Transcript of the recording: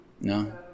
No